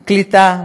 קליטה,